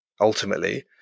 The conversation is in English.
ultimately